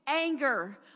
anger